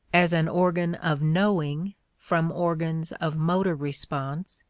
as an organ of knowing from organs of motor response,